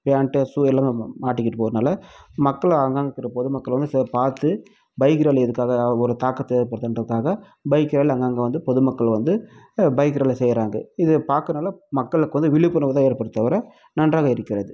pant shoe எல்லாமே மாட்டிக்கிட்டு போகிறதுனால மக்கள் அங்கங்கே இருக்கிற பொதுமக்கள் வந்து செ பார்த்து பைக் ராலி இதுக்காக ஒரு தாக்கத்தை ஏற்படுத்துகின்றதுக்காக பைக் ராலி அங்கங்கே வந்து பொதுமக்கள் வந்து பைக் ராலி செய்கிறாங்க இது பார்க்குறனால மக்களுக்கு வந்து விழிப்புணர்வுதான் ஏற்படுதே தவிர நன்றாக இருக்கிறது